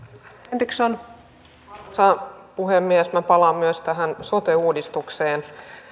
arvoisa puhemies minä palaan myös tähän sote uudistukseen